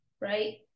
right